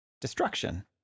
Destruction